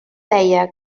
deia